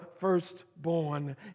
firstborn